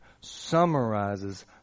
summarizes